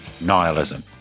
nihilism